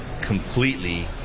completely